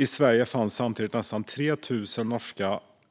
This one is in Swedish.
I Sverige fanns samtidigt nästan 3 000